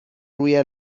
روی